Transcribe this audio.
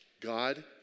God